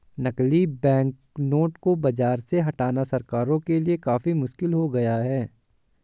नकली बैंकनोट को बाज़ार से हटाना सरकारों के लिए काफी मुश्किल हो गया है